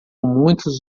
muitos